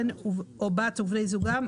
בן או בת ובני זוגם,